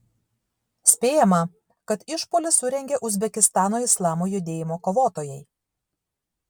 spėjama kad išpuolį surengė uzbekistano islamo judėjimo kovotojai